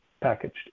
packaged